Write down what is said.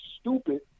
stupid